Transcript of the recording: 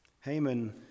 Haman